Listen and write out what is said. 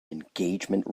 engagement